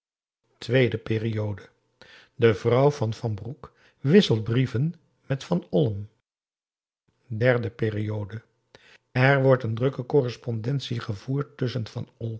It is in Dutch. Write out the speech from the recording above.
tweede periode de vrouw van van den broek wisselt brieven met van olm derde periode er wordt een drukke correspondentie gevoerd tusschen van